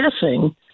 guessing